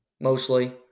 mostly